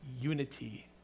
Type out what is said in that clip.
unity